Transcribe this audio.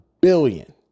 billion